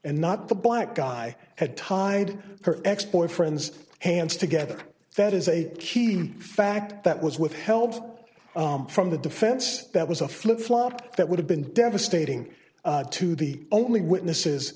and not the black guy had tied her ex boyfriend's hands together that is a key fact that was withheld from the defense that was a flip flop that would have been devastating to the only witness